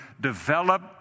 develop